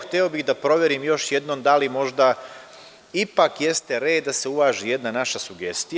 Hteo bih da proverim još jednom da li možda ipak jeste red da se uvaži jedna naša sugestija.